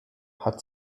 hat